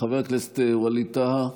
חבר הכנסת ווליד טאהא,